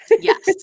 Yes